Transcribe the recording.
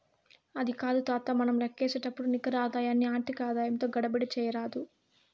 అది కాదు తాతా, మనం లేక్కసేపుడు నికర ఆదాయాన్ని ఆర్థిక ఆదాయంతో గడబిడ చేయరాదు